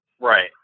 Right